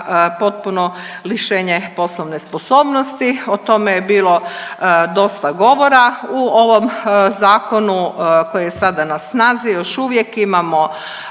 potpuno lišenje poslovne sposobnosti. O tome je bilo dosta govora u ovom zakonu koji je sada na snazi. Još uvijek imamo